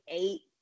eight